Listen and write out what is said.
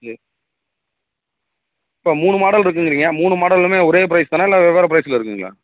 okay இப்போ மூணு model இருக்குதுங்கிறீங்க மூணு மாடலும் ஒரே ப்ரைஸ் தானா இல்லை வெவ்வேறு ப்ரைஸில் இருக்குதுங்களா